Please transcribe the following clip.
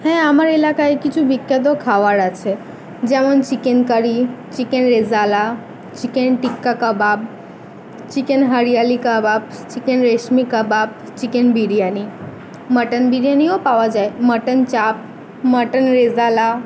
হ্যাঁ আমার এলাকায় কিছু বিখ্যাত খাওয়ার আছে যেমন chicken curry chicken rezala chicken tikka kebab chicken hariyali kebab chicken reshmi kebab chicken biryani mutton বিরিয়ানিও পাওয়া যায় মাটন চাপ মাটন রেজালা